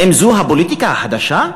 האם זו הפוליטיקה החדשה?